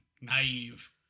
Naive